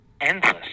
endless